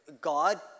God